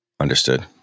Understood